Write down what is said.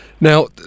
Now